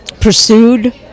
pursued